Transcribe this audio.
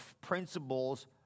principles